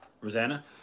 Rosanna